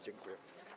Dziękuję.